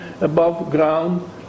above-ground